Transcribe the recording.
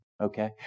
okay